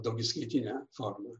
daugiskaitinę formą